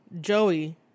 Joey